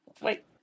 Wait